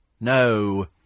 No